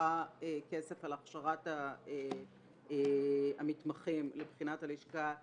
שמרוויחה כסף על הכשרת המתמחים לבחינת הלשכה,